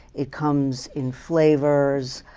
it comes in flavors.